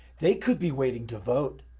they could be waiting to vote.